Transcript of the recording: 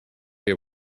you